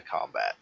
combat